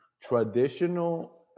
Traditional